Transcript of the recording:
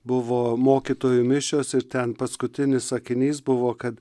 buvo mokytojų mišios ir ten paskutinis sakinys buvo kad